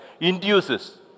induces